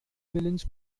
villains